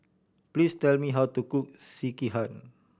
please tell me how to cook Sekihan